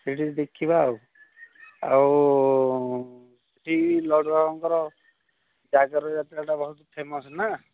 ସେଠି ଦେଖିବା ଆଉ ଆଉ ସେଠି ଲଡ଼ୁବାବାଙ୍କର ଜାଗର ଯାତ୍ରାଟା ବହୁତ ଫେମସ୍ ନା